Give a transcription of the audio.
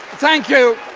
thank you